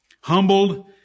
Humbled